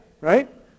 right